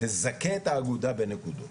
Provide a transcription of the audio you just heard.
יזכו את האגודה בנקודות.